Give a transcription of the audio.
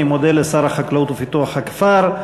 אני מודה לשר החקלאות ופיתוח הכפר.